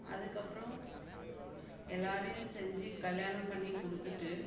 அதுக்கப்றம் எல்லாரையும் செஞ்சு கல்யாணம் பண்ணி கொடுத்துட்டு